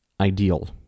ideal